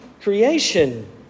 creation